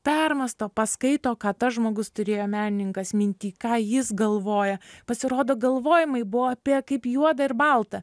permąsto paskaito ką tas žmogus turėjo menininkas minty ką jis galvoja pasirodo galvojimai buvo apie kaip juoda ir balta